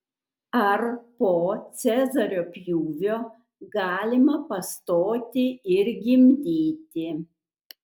ar po cezario pjūvio galima pastoti ir gimdyti